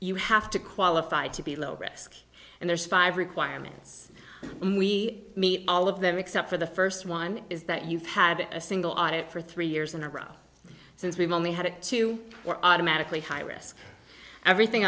you have to qualify to be low risk and there's five requirements we meet all of them except for the first one is that you've had a single out for three years in a row since we've only had two were automatically high risk everything